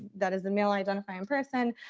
that is the male identifying person.